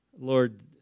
Lord